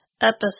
episode